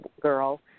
girl